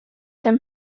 him